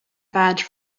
badge